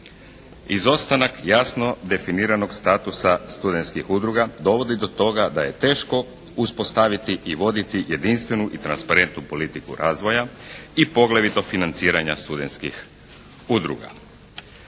Izostanak jasno definiranog statusa studenskih udruga dovodi do toga da je teško uspostaviti i voditi jedinstvenu i transparentnu politiku razvoja i poglavito financiranja studenskih udruga.